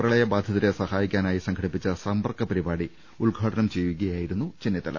പ്രളയബാധിതരെ സഹായിക്കാനായി സംഘ ടിപ്പിച്ച സമ്പർക്ക പരിപാടി ഉദ്ഘാടനം ചെയ്യുകയായിരുന്നു ചെന്നിത്തല